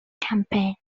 campaign